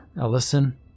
Ellison